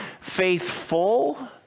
faithful